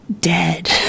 dead